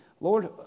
Lord